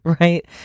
right